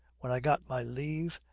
when i got my leave,